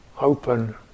open